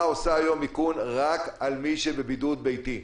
עושה היום איכון רק על מי שבבידוד ביתי.